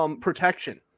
Protection